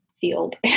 field